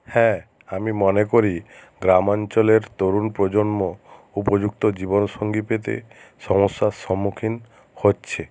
হ্যাঁ আমি মনে করি গ্রামাঞ্চলের তরুণ প্রজন্ম উপযুক্ত জীবন সঙ্গী পেতে সমস্যার সম্মুখীন হচ্ছে